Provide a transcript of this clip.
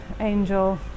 angel